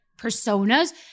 personas